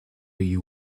you